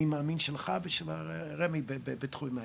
אני מאמין שלך ושל רמ"י בתחומים האלה.